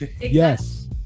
yes